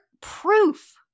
proof